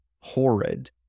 horrid